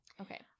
Okay